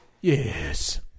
Yes